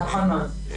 נכון מאוד.